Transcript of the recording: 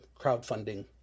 crowdfunding